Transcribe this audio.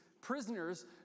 prisoners